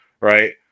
right